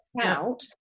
out